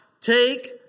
Take